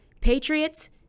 Patriots